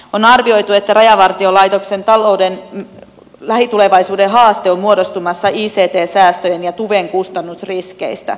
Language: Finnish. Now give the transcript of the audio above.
on arvioitu että rajavartiolaitoksen talouden lähitulevaisuuden haaste on muodostumassa ict säästöjen ja tuven kustannusriskeistä